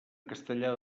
castellar